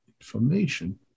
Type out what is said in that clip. information